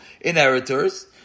inheritors